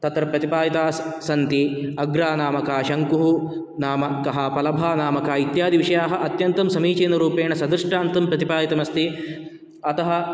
तत्र प्रतिपादिताः सन्ति अग्रा नाम का शङ्कुः नाम कः पलभा नाम का इत्यादिविषयाः अत्यन्तं समीचीनरूपेण सदृष्टान्तं प्रतिपादितमस्ति अतः